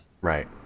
right